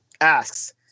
asks